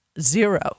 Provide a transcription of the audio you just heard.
zero